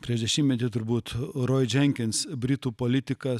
prieš dešimtmetį turbūt roj dženkins britų politikas